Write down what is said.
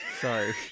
Sorry